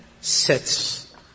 sets